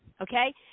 okay